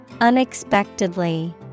Unexpectedly